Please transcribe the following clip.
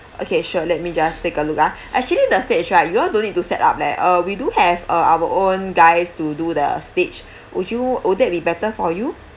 okay sure let me just take a look ah actually the stage right you all don't need to set up there uh we do have uh our own guys to do the stage would you would that be better for you